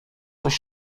coś